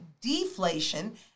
deflation